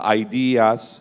ideas